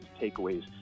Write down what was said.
takeaways